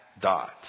dot